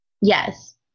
Yes